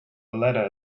ladder